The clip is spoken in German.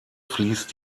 fließt